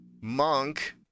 monk